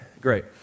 great